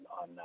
on